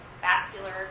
vascular